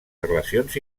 relacions